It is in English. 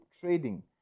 trading